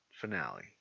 finale